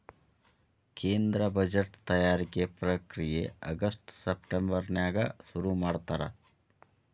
ಕೇಂದ್ರ ಬಜೆಟ್ ತಯಾರಿಕೆ ಪ್ರಕ್ರಿಯೆ ಆಗಸ್ಟ್ ಸೆಪ್ಟೆಂಬರ್ನ್ಯಾಗ ಶುರುಮಾಡ್ತಾರ